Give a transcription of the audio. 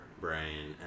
brain